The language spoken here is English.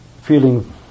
feeling